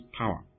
power